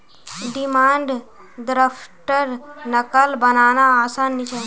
demand drafter नक़ल बनाना आसान नि छे